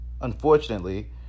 Unfortunately